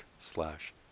slash